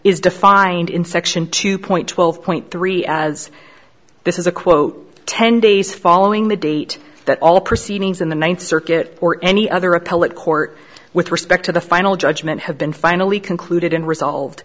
is defined in section two point twelve point three as this is a quote ten days following the date that all proceedings in the ninth circuit or any other appellate court with respect to the final judgment have been finally concluded unresolved